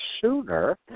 sooner –